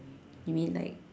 you mean like